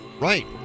Right